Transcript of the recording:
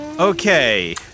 Okay